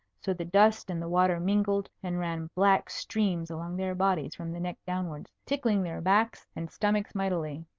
so the dust and the water mingled and ran black streams along their bodies from the neck downwards, tickling their backs and stomachs mightily.